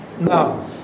Now